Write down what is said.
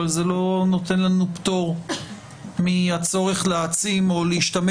אבל זה לא נותן לנו פטור מהצורך להעצים או להשתמש